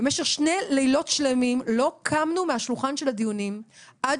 במשך שני לילות שלמים לא קמנו מהשולחן של הדיונים עד